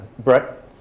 Brett